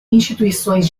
instituições